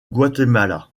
guatemala